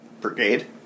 Brigade